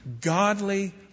godly